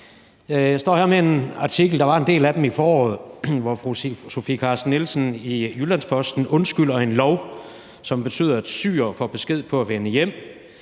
Jeg står her med en artikel – der var en del af dem i foråret – hvor fru Sofie Carsten Nielsen i Jyllands-Posten undskylder en lov, som betyder, at syrere får besked på at vende hjem.